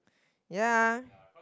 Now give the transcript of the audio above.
ya